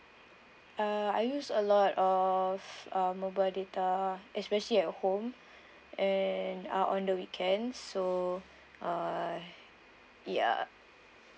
uh I use a lot of uh mobile data especially at home and uh on the weekends so uh ya